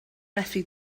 methu